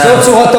זאת לא מנהיגות,